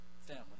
family